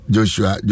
Joshua